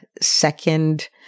second